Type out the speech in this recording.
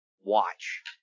watch